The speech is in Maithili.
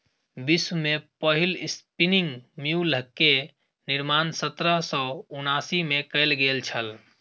विश्व में पहिल स्पिनिंग म्यूल के निर्माण सत्रह सौ उनासी में कयल गेल छल